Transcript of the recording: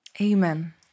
Amen